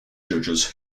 judges